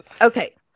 Okay